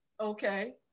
Okay